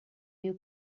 you